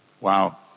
Wow